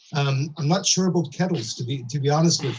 and i'm not sure about kettles to be to be honest with